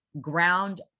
ground